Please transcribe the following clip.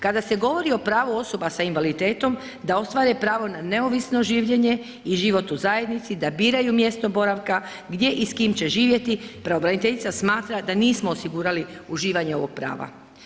Kada se govori o pravu osoba s invaliditetom da ostvare pravo na neovisno življenje i život u zajednici, da biraju mjesto boravka, gdje i s kim će živjeti pravobraniteljica smatra da nismo osigurali uživanje ovog prava.